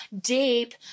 deep